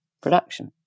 production